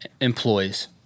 Employees